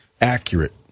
accurate